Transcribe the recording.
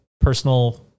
personal